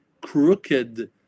crooked